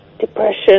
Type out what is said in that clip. depression